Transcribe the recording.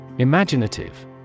Imaginative